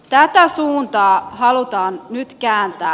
tätä suuntaa halutaan nyt kääntää